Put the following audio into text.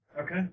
Okay